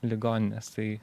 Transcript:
ligoninės tai